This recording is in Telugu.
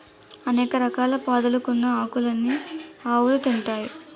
అనేక రకాల పాదులుకున్న ఆకులన్నీ ఆవులు తింటాయి